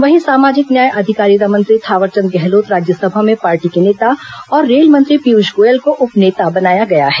वहीं सामाजिक न्याय अधिकारिता मंत्री थावरचंद गहलोत राज्यसभा में पार्टी के नेता और रेल मंत्री पीयूष गोयल को उप नेता बनाया गया है